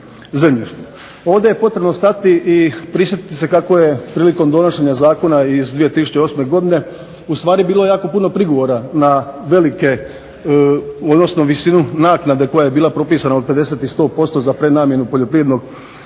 Ovdje je potrebno stati i prisjetiti se kako je prilikom donošenja zakona iz 2008. godine u stvari bilo jako puno prigovora na velike, odnosno visinu naknade koja je bila propisana od 50 i 100% za prenamjenu poljoprivrednog zemljišta.